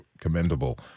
commendable